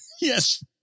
yes